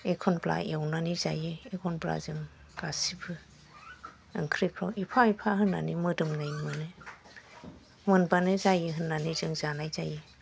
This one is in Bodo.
एखनब्ला एवनानै जायो एखनब्ला जों गासिबो ओंख्रिफ्राव एफा एफा होनानै मोदोमनाय मोनो मोनबानो जायो होनानै जों जानाय जायो